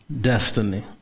destiny